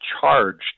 charged